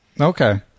okay